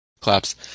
Collapse